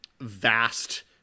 vast